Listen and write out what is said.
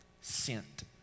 sent